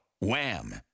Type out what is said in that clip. Wham